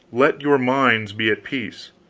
let your minds be at peace.